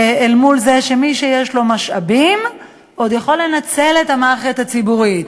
אל מול זה שמי שיש לו משאבים עוד יכול לנצל את המערכת הציבורית,